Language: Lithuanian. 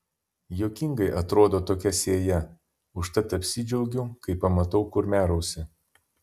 juokingai atrodo tokia sėja užtat apsidžiaugiu kai pamatau kurmiarausį